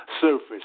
surface